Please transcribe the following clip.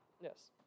Yes